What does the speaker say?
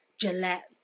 gillette